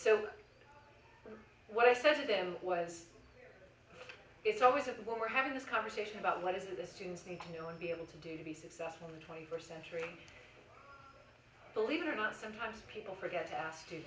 so what i said in was it's always that we're having this conversation about what is the students need to know and be able to do to be successful in the twenty first century believe it or not sometimes people forget